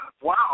Wow